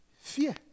Fear